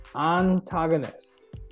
antagonist